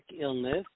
illness